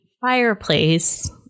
fireplace